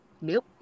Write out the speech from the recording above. Nope